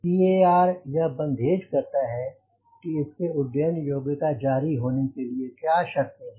CAR यह बंधेज करता है कि इसके उड्डयन योग्यता जारी रहने के लिए क्या शर्तें हैं